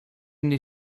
mnie